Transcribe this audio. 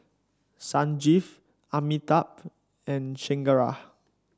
Sanjeev Amitabh and Chengara